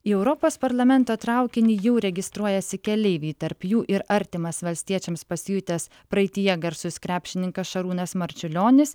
į europos parlamento traukinį jau registruojasi keleiviai tarp jų ir artimas valstiečiams pasijutęs praeityje garsus krepšininkas šarūnas marčiulionis